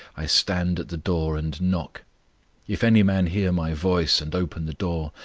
i stand at the door, and knock if any man hear my voice, and open the door,